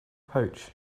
pouch